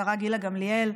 השרה גילה גמליאל,